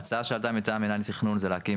ההצעה שהעלתה מטעם מינהל התכנון זה להקים